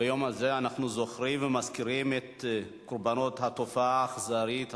ביום הזה אנחנו זוכרים ומזכירים את קורבנות התופעה האכזרית הזאת,